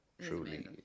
truly